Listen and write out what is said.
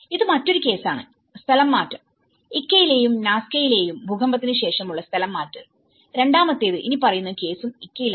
ഇത് മറ്റൊരു കേസാണ് സ്ഥലംമാറ്റം ഇക്കയിലെയും നാസ്ക്കയിലെയും ഭൂകമ്പത്തിന് ശേഷമുള്ള സ്ഥലം മാറ്റൽരണ്ടാമത്തേത് ഇനിപ്പറയുന്ന കേസും ഇക്കയിലാണ്